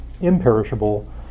imperishable